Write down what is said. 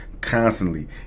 constantly